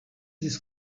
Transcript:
this